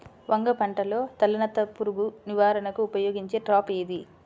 వంగ పంటలో తలనత్త పురుగు నివారణకు ఉపయోగించే ట్రాప్ ఏది?